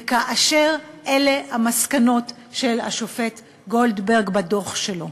וכאשר אלה המסקנות של השופט גולדברג בדוח שלו,